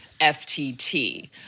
FTT